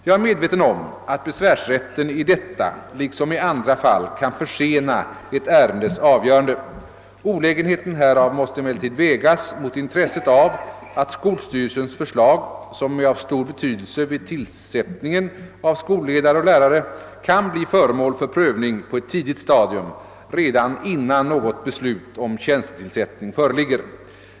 Jag är medveten om att besvärsrätten i detta liksom i andra fall kan försena ett ärendes avgörande. Olägenheten härav måste emellertid vägas mot intresset av att skolstyrelsens förslag, som är av stor betydelse vid tillsättningen av skolledare och lärare, kan bli föremål för prövning på ett tidigt stadium, redan innan något beslut om tjänstetillsättning föreligger.